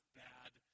bad